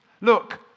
Look